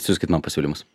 siųskit man pasiūlymus